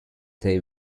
they